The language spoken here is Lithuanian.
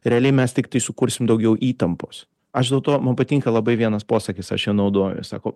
realiai mes tiktai sukursim daugiau įtampos aš dėl to man patinka labai vienas posakis aš juo naudojuos sako